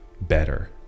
better